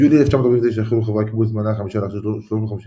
ביולי 1949 החלו חברי קיבוץ מעלה החמישה להכשיר 350